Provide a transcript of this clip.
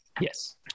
Yes